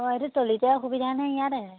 অঁ এইটো তলীতে অসুবিধা নে ইয়াতেহে